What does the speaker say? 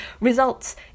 results